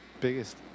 biggest